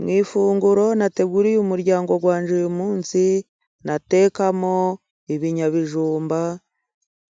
Mu ifunguro nateguriye umuryango wange uyu munsi， ndatekamo ibinyabijumba，